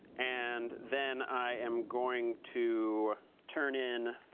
and then i am going to turn in